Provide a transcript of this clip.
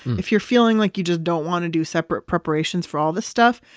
if you're feeling like you just don't want to do separate preparations for all this stuff,